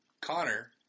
Connor